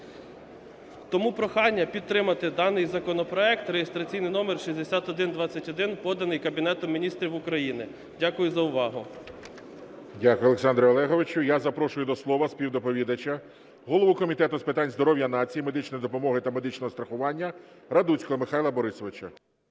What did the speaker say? Тому прохання підтримати даний законопроект реєстраційний номер 6121, поданий Кабінетом Міністрів України. Дякую за увагу. ГОЛОВУЮЧИЙ. Дякую, Олександре Олеговичу. Я запрошую до слова співдоповідача голова Комітету з питань здоров’я нації, медичної допомоги та медичного страхування Радуцького Михайла Борисовича.